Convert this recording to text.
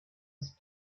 was